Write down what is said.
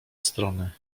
strony